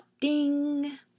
Ding